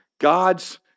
God's